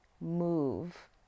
move